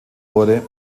wurde